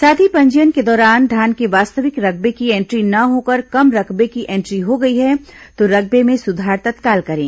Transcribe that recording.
साथ ही पंजीयन के दौरान धान के वास्तविक रकबे की ऐंट्री न होकर कम रकबे की एंट्री हो गई है तो रकबे में सुधार तत्काल करें